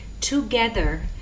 together